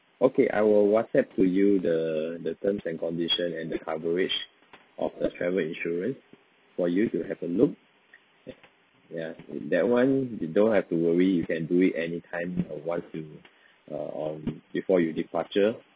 okay I will WhatsApp to you the the terms and condition and the coverage of a travel insurance for you to have a look ya ya that [one] you don't have to worry you can do it anytime err once you err um before you departure